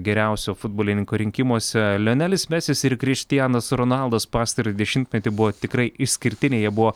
geriausio futbolininko rinkimuose leonelis mesis ir krištianas ronaldas pastarąjį dešimtmetį buvo tikrai išskirtinėje buvo